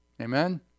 Amen